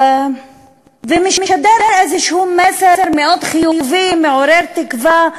ומשדר איזשהו מסר מאוד חיובי, מעורר תקווה,